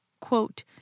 quote